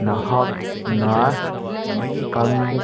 ꯅꯍꯥꯛꯅ ꯈꯪ